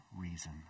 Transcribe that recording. reason